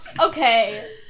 Okay